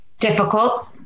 difficult